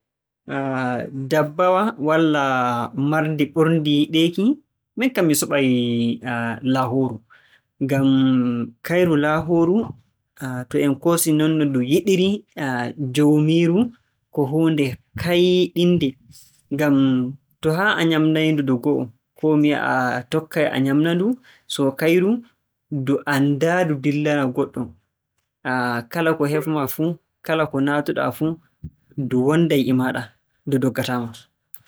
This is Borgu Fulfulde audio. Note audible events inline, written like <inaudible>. <hesitation> <noise> Dabbawa walla marndi ɓurndi yiɗeeki, miin kam mi suɓay <hesitation> laahooru. Ngam kayru laahooru, <hesitation> to en koosii nonno ndu yiɗiri <hesitation> joomiiru, ko huunde kaaynɗinnde. Ngam to haa a nyaamnay-ndu nde go'o koo mi wi'a a tokkay a nyaamna-ndu. So kayru ndu anndaa ndu dillana goɗɗo. Kala ko heɓ-maa fuu, <noise> kala ko naatu-ɗaa fuu, ndu wonnday e maaɗa ndu doggataa ma.